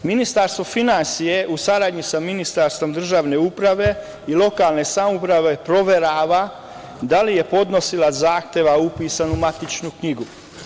Ministarstvo finansija u saradnji sa Ministarstvo državne uprave i lokalne samouprave proverava da li je podnosilac zahteva upisan u matičnu knjigu.